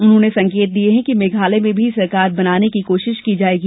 उन्होंने संकेत दिये कि मेघालय में भी सरकार बनाने की कोशिश की जायेगी